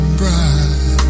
bright